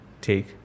Take